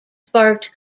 sparked